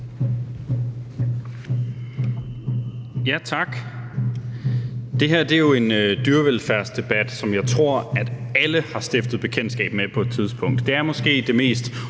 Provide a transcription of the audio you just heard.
Tak. Det her er jo en dyrevelfærdsdebat, som jeg tror at alle har stiftet bekendtskab med på et tidspunkt. Det er måske det mest